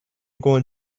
going